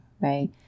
right